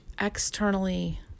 externally